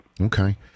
Okay